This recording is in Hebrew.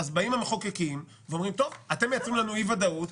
אז באים המחוקקים ואומרים: אתם מייצרים לנו אי-ודאות.